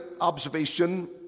observation